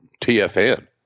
TFN